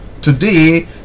Today